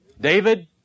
David